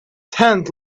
tent